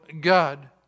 God